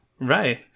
Right